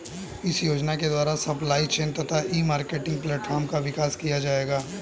इस योजना के द्वारा सप्लाई चेन तथा ई मार्केटिंग प्लेटफार्म का विकास किया जाएगा